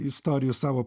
istorijų savo